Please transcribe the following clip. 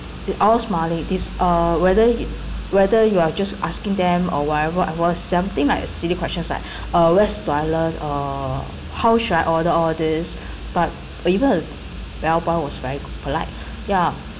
they all smiling this uh whether you whether you are just asking them or whatever I was something like silly questions like uh where's the toilet or how should I order all this but even the bellboy was very polite ya